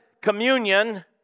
communion